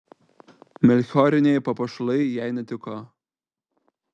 melchioriniai papuošalai jai netiko